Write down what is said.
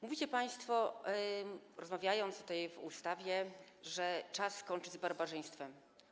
Mówicie państwo, rozmawiając tutaj o ustawie, że czas skończyć z barbarzyństwem.